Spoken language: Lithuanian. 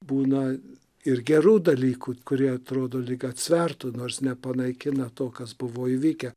būna ir gerų dalykų kurie atrodo lyg atsvertų nors nepanaikina to kas buvo įvykę